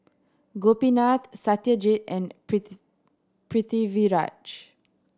Gopinath Satyajit and Pritiviraj